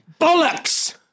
Bollocks